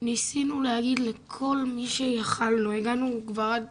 ניסינו להגיד לכל מי שיכלנו, הגענו כבר עד